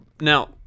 Now